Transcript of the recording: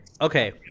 Okay